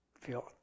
feel